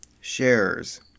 Shares